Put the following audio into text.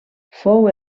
fou